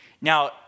Now